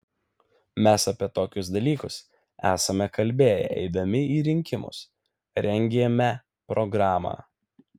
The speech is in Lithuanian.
mes apie tokius dalykus esame kalbėję eidami į rinkimus rengėme programą